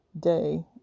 day